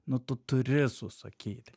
nu tu turi susakyti